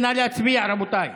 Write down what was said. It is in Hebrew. נא להצביע, רבותיי.